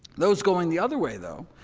those going the other way, though,